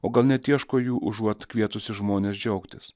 o gal net ieško jų užuot kvietusi žmones džiaugtis